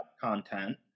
content